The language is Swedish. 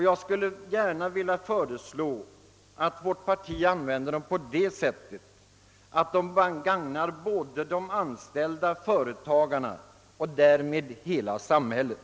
Jag skulle med glädje föreslå att vårt parti använder pengarna på det sättet att de gagnar såväl de anställda som företagen — och därmed hela samhället.